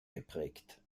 geprägt